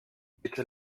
bitte